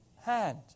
hand